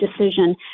decision